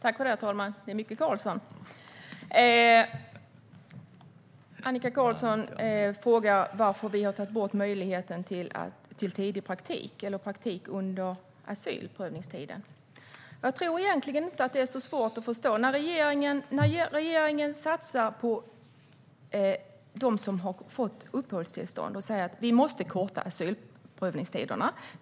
Herr talman! Annika Qarlsson frågade varför vi har tagit bort möjligheten till praktik under asylprövningstiden. Jag tror egentligen inte att det är så svårt att förstå. Regeringen satsar på dem som har fått uppehållstillstånd och säger att asylprövningstiderna måste kortas.